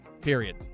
period